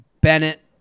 Bennett